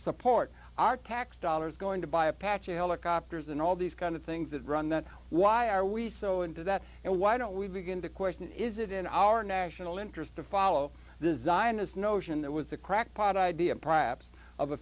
support our tax dollars going to buy apache helicopters and all these kind of things that run that why are we so into that and why don't we begin to question is it in our national interest to follow this zionist notion that was the crackpot idea